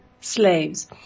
slaves